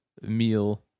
meal